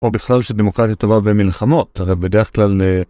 או בכלל שדמוקרטיה טובה במלחמות, הרי בדרך כלל